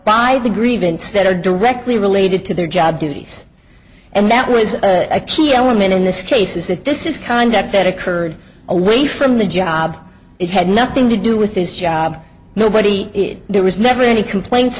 by the grievance that are directly related to their job duties and that was a key element in this case is that this is conduct that occurred away from the job it had nothing to do with his job nobody there was never any complaints